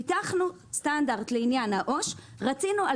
פיתחנו סטנדרט לעניין העו"ש ורצינו על